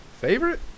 Favorite